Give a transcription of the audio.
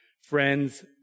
friend's